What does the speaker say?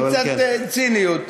בקצת ציניות.